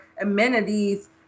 amenities